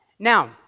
Now